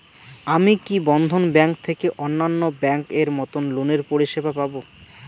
আমি কি বন্ধন ব্যাংক থেকে অন্যান্য ব্যাংক এর মতন লোনের পরিসেবা পাব?